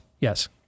Yes